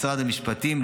משרד המשפטים.